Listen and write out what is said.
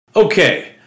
Okay